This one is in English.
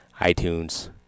itunes